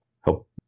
help